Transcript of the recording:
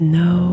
no